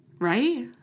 Right